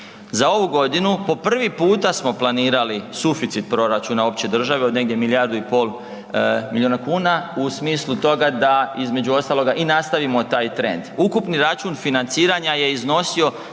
Za ovu godinu po prvi puta smo planirali suficit proračuna opće države od negdje milijardu i pol milijuna kuna u smislu toga da, između ostaloga i nastavimo taj trend. Ukupni račun financiranja je iznosio